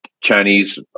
chinese